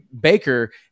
Baker